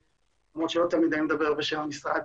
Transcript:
למרות שלא תמיד אני מדבר בשם המשרד,